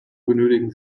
benötigen